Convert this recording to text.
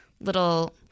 little